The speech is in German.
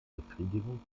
befriedigung